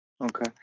Okay